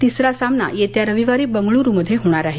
तिसरा सामना येत्या रविवारी बंगळूरू मध्ये होणार आहे